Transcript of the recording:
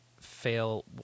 fail